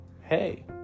Hey